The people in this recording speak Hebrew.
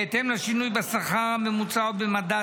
בהתאם לשינוי בשכר הממוצע או במדד,